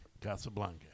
Casablanca